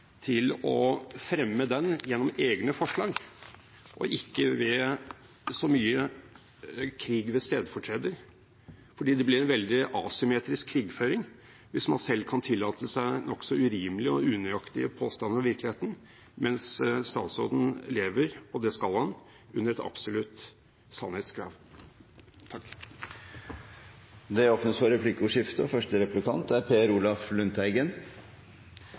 til å fremme den gjennom egne forslag og ikke ved så mye krig ved stedfortreder. For det blir en veldig asymmetrisk krigføring hvis en selv kan tillate seg nokså urimelige og unøyaktige påstander om virkeligheten, mens statsråden lever – og det skal han – under et absolutt sannhetskrav. Det åpnes for replikkordskifte.